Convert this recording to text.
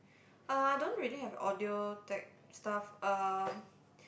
uh I don't really have audio tech stuff uh